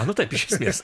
nu taip iš esmės